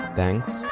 thanks